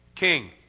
King